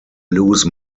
lose